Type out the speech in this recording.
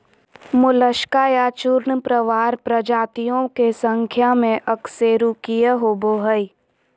Mollusca या चूर्णप्रावार प्रजातियों के संख्या में अकशेरूकीय होबो हइ